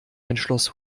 entschloss